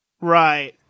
Right